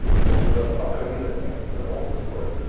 and will give us not only the text of an author's work,